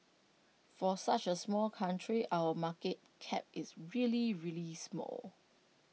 for such A small country our market cap is really really small